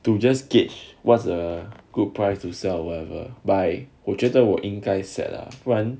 to just gauge what's a good price to sell whatever but 我觉得我应该 set lah 不然